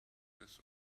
this